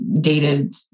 dated